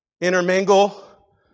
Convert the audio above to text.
intermingle